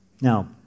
Now